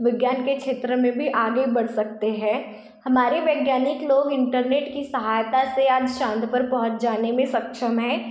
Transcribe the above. विज्ञान के क्षेत्र में भी आगे बढ़ सकते हैं हमारे वैज्ञानिक लोग इंटरनेट की सहायता से आज चाँद पर पहुँच जाने में सक्षम है